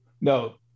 no